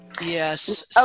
Yes